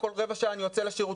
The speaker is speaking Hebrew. כל רבע שעה אני יוצא לשירותים,